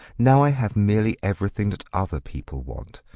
now i have merely everything that other people want,